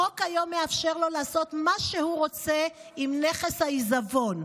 החוק היום מאפשר לו לעשות מה שהוא רוצה עם נכס העיזבון,